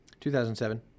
2007